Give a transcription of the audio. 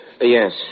Yes